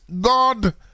God